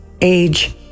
age